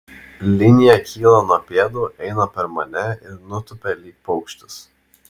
linija kyla nuo pėdų eina per mane ir nutupia lyg paukštis